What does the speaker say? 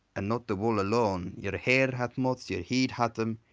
and not the wolle alone. your hair hath moths, your hide hath them.